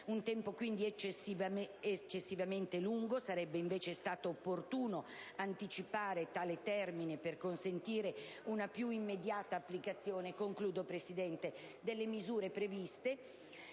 un tempo, quindi, eccessivamente lungo, sarebbe, invece, stato opportuno anticipare tale termine per consentire una più immediata applicazione delle misure ivi previste.